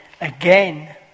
again